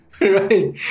Right